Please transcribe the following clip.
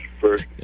first